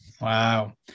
Wow